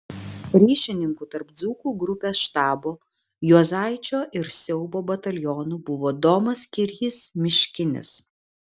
ryšininku tarp dzūkų grupės štabo juozaičio ir siaubo batalionų buvo domas kirys miškinis